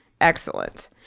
Excellent